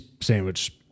sandwich